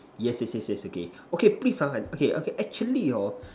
yes yes yes yes okay okay please ah okay okay actually hor